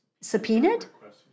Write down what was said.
subpoenaed